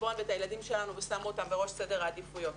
בחשבון ואת הילדים שלנו ושמו אותם בראש סדר העדיפויות.